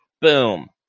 Boom